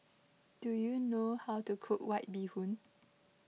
do you know how to cook White Bee Hoon